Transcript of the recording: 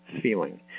feeling